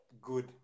good